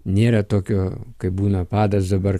nėra tokio kaip būna padas dabar